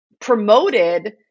promoted